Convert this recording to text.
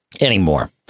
anymore